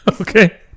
Okay